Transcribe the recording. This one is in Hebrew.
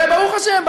וברוך השם,